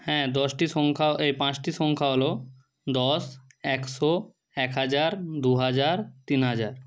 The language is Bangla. হ্যাঁ দশটি সংখ্যা এ পাঁচটি সংখ্যা হল দশ একশো এক হাজার দু হাজার তিন হাজার